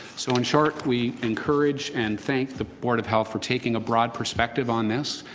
so in short, we encourage and thank the board of health for taking a broad perspective on this,